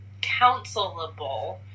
counselable